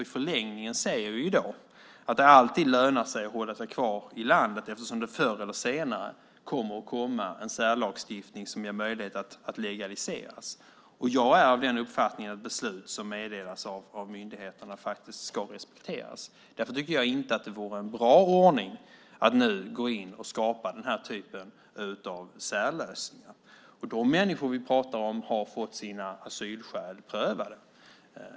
I förlängningen ser jag att det alltid lönar sig att hålla sig kvar i landet eftersom det förr eller senare kommer en särlagstiftning som gör det möjligt att legalisera. Jag är av den uppfattningen att beslut som meddelas av myndigheterna ska respekteras. Det vore därför inte en bra ordning att nu gå in och skapa den här typen av särlösningar. De människor vi talar om har fått sina asylskäl prövade.